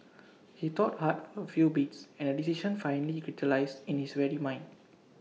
he thought hard for A few beats and A decision finally crystallised in his weary mind